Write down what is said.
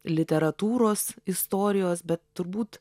literatūros istorijos bet turbūt